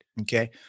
Okay